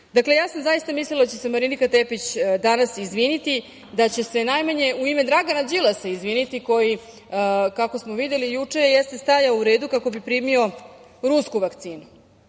sada. Dakle, ja sam zaista mislila da će se Marinika Tepić danas izviniti, da će se najmanje u ime Dragana Đilasa izviniti, koji kako smo videli juče jeste stajao u redu kako bi primio rusku vakcinu.